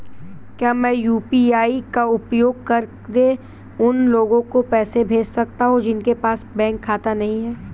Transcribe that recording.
क्या मैं यू.पी.आई का उपयोग करके उन लोगों को पैसे भेज सकता हूँ जिनके पास बैंक खाता नहीं है?